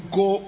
go